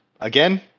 Again